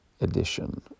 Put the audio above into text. edition